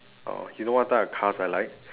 oh you know what type of cars I like